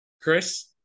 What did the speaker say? Chris